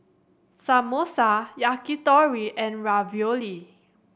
Samosa Yakitori and Ravioli